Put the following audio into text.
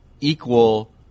equal